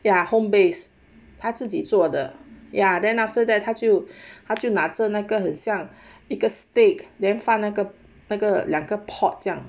ya home base 他自己做的 ya then after that 他就他就拿着那个很想一个 stick then 放那个那个两个 pot 这样